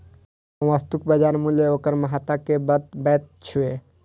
कोनो वस्तुक बाजार मूल्य ओकर महत्ता कें बतबैत छै